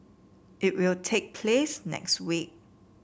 it will take place next week